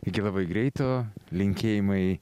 iki labai greito linkėjimai